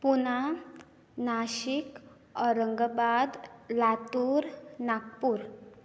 Pune Nashik Aurangabad Latur Nagpur